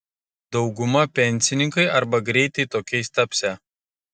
dauguma pensininkai arba greitai tokiais tapsią